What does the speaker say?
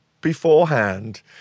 beforehand